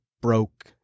broke